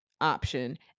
option